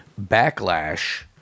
backlash